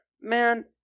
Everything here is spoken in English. man